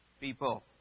people